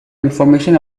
information